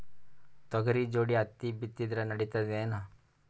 ತೊಗರಿ ಜೋಡಿ ಹತ್ತಿ ಬಿತ್ತಿದ್ರ ನಡಿತದೇನು?